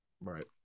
right